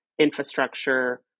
infrastructure